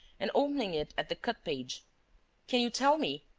and, opening it at the cut page can you tell me,